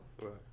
right